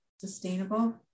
sustainable